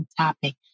topic